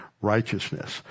righteousness